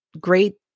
great